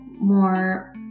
more